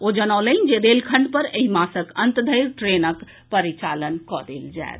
ओ जनौलनि जे रेलखंड पर एहि मासक अंत धरि ट्रेनक परिचालन कऽ देल जायत